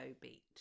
beat